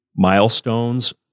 milestones